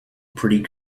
pretty